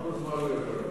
כמה זמן הוא ישב,